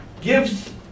gives